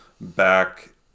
back